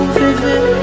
vivid